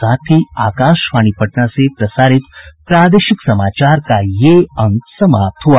इसके साथ ही आकाशवाणी पटना से प्रसारित प्रादेशिक समाचार का ये अंक समाप्त हुआ